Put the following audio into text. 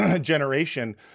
generation